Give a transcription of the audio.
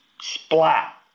splat